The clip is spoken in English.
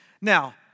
Now